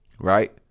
right